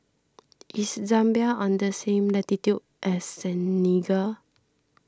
is Zambia on the same latitude as Senegal